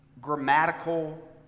grammatical